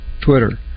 Twitter